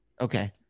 Okay